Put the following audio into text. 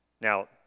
Now